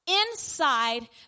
inside